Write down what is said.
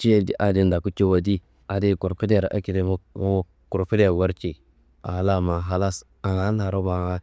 cia adin ndoku cawadi, adi kurkudiaro akedo wuk wuk kurkudia warci a la ma halas ananaro.